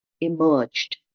emerged